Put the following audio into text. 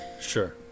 Sure